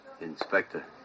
Inspector